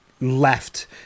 left